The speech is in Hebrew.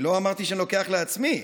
אני לא אמרתי שאני לוקח לעצמי.